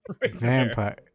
Vampire